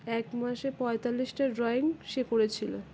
এক মাসে পঁয়তাল্লিশটা ড্রয়িং সে করেছিলো